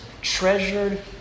treasured